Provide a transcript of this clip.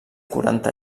quaranta